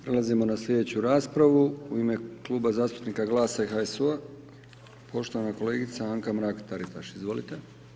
Prelazimo na slijedeću raspravu u ime Kluba zastupnika GLAS-a i HSU-a poštovan kolegica Anka Mrak-Taritaš, izvolite.